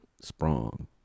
Sprung